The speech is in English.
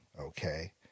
okay